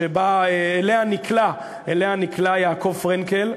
שאליה נקלע יעקב פרנקל,